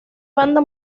banda